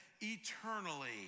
eternally